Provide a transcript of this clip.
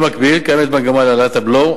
במקביל קיימת מגמה להעלאת הבלו,